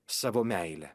savo meile